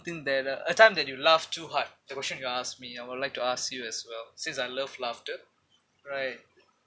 ~thing that uh a time that you laugh too hard the question you asked me I would like to ask you as well since I love laughter right